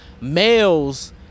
Males